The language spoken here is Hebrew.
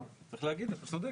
לו.